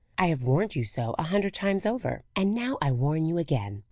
i have warned you so a hundred times over, and now i warn you again.